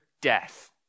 death